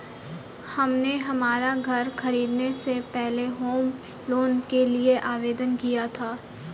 हमने हमारा घर खरीदने से पहले होम लोन के लिए आवेदन किया था